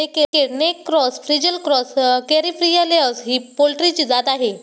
naked neck cross, frizzle cross, Caripriya layers ही पोल्ट्रीची जात आहे